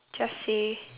just say